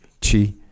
Chi